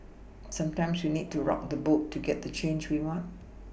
sometimes we need to rock the boat to get the change we want